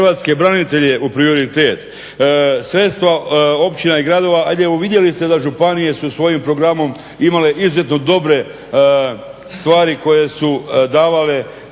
hrvatske branitelje u prioritet. Sredstva općina i gradova a vidjeli ste da županije su svojim programom imale izuzetno dobre stvari koje su davale